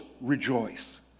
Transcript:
rejoice